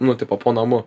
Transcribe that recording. nu tipo po namu